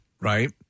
Right